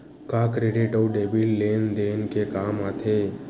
का क्रेडिट अउ डेबिट लेन देन के काम आथे?